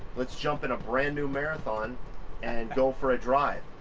let's jump in a brand new marathon and go for a drive.